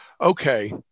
okay